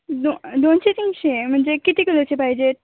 दो दोनशे तीनशे म्हणजे किती किलोचे पाहिजेत